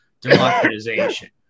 democratization